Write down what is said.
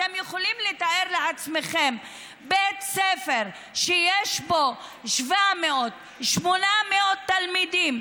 אתם יכולים לתאר לעצמכם בית ספר שיש בו 700 800 תלמידים,